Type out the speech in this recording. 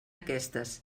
aquestes